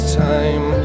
time